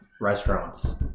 restaurants